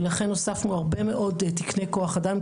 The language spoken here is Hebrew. ולכן הוספנו הרבה מאוד תקני כוח אדם,